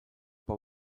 pel